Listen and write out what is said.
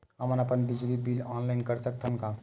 हमन अपन बिजली बिल ऑनलाइन कर सकत हन?